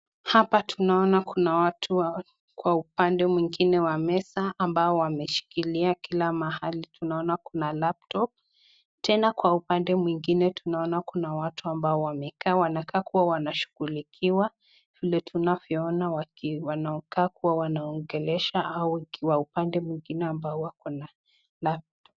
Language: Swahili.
Hapa tunaona watu kwa upande mwingine wa meza ambao wameshikiria kila mahali. Tunaona kuna laptop. Tena kwa upande mwingine tunaona kuna watu ambao wamekaa, wanakaa kuwa wanashughulikiwa vile tunavyoona wanakaa kuwa wanaongelesha au wa upande mwingine ambao wako na laptop .